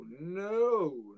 No